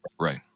right